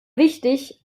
wichtig